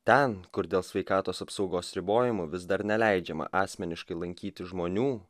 ten kur dėl sveikatos apsaugos ribojimų vis dar neleidžiama asmeniškai lankyti žmonių